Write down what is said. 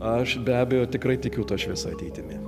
aš be abejo tikrai tikiu ta šviesa ateitimi